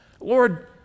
Lord